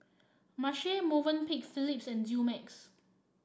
Marche Movenpick Phillips and Dumex